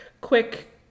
quick